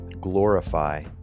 glorify